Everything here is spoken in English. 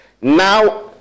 Now